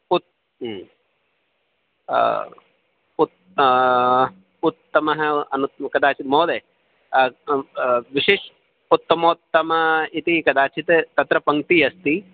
उत् उत् उत्तमः अनु कदाचित् महोदय विशेष उत्तमोत्तम इति कदाचित् तत्र पङ्क्तिः अस्ति